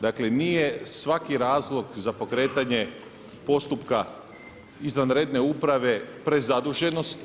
Dakle, nije svaki razlog za pokretanje postupka izvanredne uprave prezaduženost.